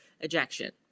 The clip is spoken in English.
ejection